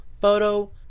photo